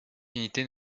unités